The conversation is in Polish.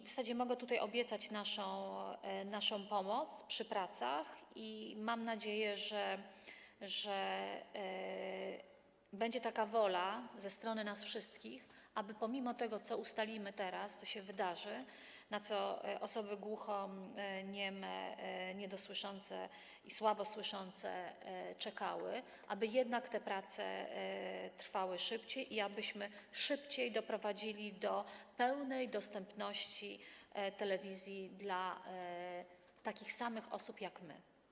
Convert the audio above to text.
W zasadzie mogę tutaj obiecać naszą pomoc przy pracach i mam nadzieję, że będzie taka wola ze strony nas wszystkich, aby pomimo tego, co ustalimy teraz, co się wydarzy, na co osoby głuchonieme, niedosłyszące i słabo słyszące czekały, jednak te prace trwały szybciej i abyśmy szybciej doprowadzili do pełnej dostępności telewizji dla takich samych osób jak my.